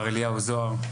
מר אליהו זוהר.